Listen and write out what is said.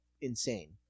insane